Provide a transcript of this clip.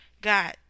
God